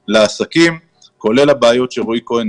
ונגיש לעסקים, כולל הבעיות שציין רועי כהן.